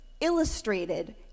illustrated